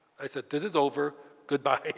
i said, this is over, good bye.